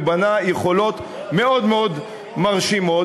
ובנה יכולות מאוד מאוד מרשימות,